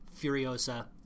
Furiosa